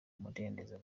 umudendezo